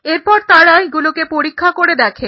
এরপর তারা এগুলোকে পরীক্ষা করে দেখে